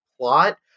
plot